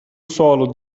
solo